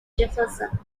jefferson